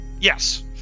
Yes